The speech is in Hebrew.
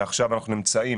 ועכשיו אנחנו נמצאים